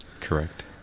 correct